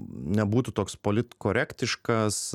nebūtų toks politkorektiškas